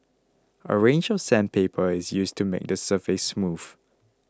a range of sandpaper is used to make the surface smooth